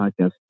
podcast